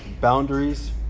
boundaries